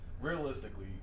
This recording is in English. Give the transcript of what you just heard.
realistically